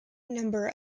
number